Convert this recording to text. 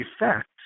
effect